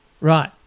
Right